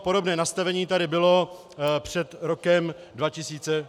Podobné nastavení tady bylo před rokem 2008.